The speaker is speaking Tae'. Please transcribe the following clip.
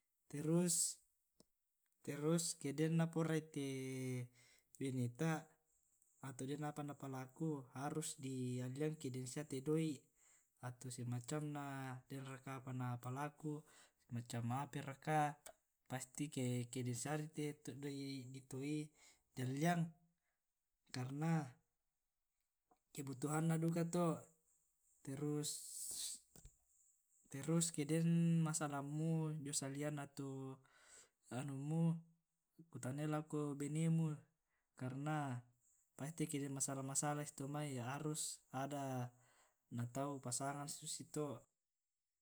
Terus terus ke den naporai te beneta atau den apa na palaku harus di alliang eke deng sia te' doi' atau semacamna den raka apa na palaku semacam hape raka pasti ke kedeng siari te doi' di toi di alliang. Karena kebutuhanna duka to', terus terus kedeng masalahmujio saleang ato anummu kutanai lako benemu. karena pasti ke den masalah-masalah susi to' mai harus ada na tau pasangan susi to'.